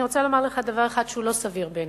אני רוצה לומר לך דבר אחד שהוא לא סביר בעיני.